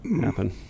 happen